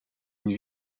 une